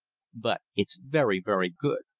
but it's very, very good.